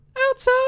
outside